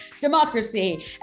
Democracy